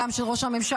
גם של ראש הממשלה,